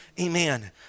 Amen